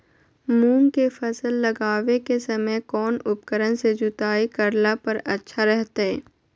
मूंग के फसल लगावे के समय कौन उपकरण से जुताई करला पर अच्छा रहतय?